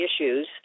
issues